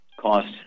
cost